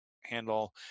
handle